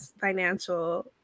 financial